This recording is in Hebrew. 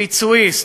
ביצועיסט,